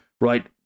right